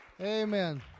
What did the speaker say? Amen